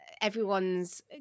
everyone's